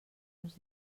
uns